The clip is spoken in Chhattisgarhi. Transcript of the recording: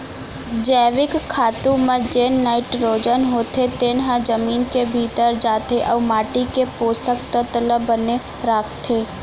जैविक खातू म जेन नाइटरोजन होथे तेन ह जमीन के भीतरी जाथे अउ माटी के पोसक तत्व ल बने राखथे